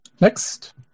Next